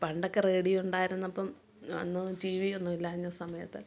പണ്ടൊക്കെ റേഡിയോ ഉണ്ടായിരുന്നപ്പോള് അന്ന് ടി വി ഒന്നും ഇല്ലായിന്ന സമയത്ത്